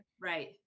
Right